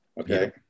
Okay